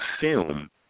film